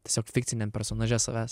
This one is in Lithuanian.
tiesiog fikciniam personaže savęs